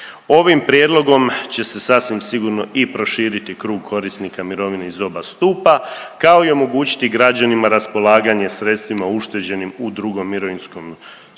Ovim prijedlogom će se sasvim sigurno i proširiti krug korisnika mirovine iz oba stupa kao i omogućiti građanima raspolaganje sredstvima ušteđenim u II. mirovinskom stupu